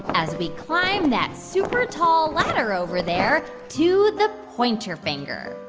as we climb that super-tall ladder over there to the pointer finger.